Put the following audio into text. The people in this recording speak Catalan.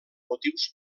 motius